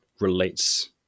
relates